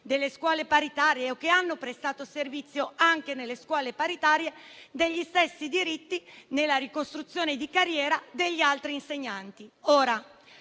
delle scuole paritarie o che hanno prestato servizio anche nelle scuole paritarie gli stessi diritti riconosciuti agli altri insegnanti